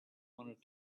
want